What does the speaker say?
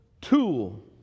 tool